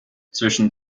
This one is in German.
zwischen